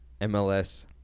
MLS